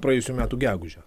praėjusių metų gegužę